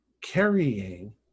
carrying